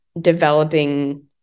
developing